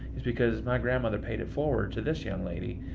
is because my grandmother paid it forward to this young lady.